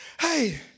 hey